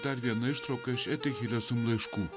dar vieną ištrauką iš eti hileson laiškų